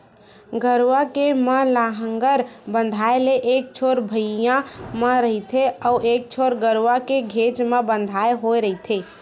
गरूवा के म लांहगर बंधाय ले एक छोर भिंयाँ म रहिथे अउ एक छोर गरूवा के घेंच म बंधाय होय रहिथे